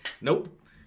Nope